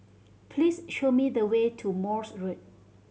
please show me the way to Morse Road